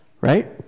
right